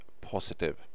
positive